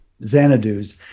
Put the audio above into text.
xanadus